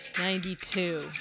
Ninety-two